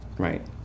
Right